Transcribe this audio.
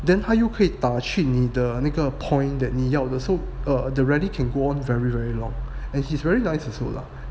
then 他又可以打去你的那个 point 的你要的 so err the rally can go on very very long and he's very nice also lah ya